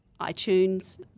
iTunes